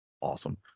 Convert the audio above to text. Awesome